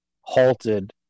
halted